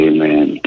Amen